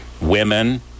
women